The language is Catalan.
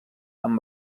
amb